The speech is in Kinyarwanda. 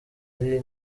ari